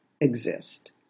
exist